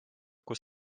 kus